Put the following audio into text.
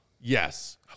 Yes